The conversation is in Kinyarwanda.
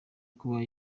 kuba